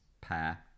pair